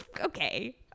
Okay